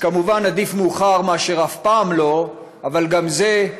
אז כמובן עדיף מאוחר מאשר אף פעם לא, אבל גם זה,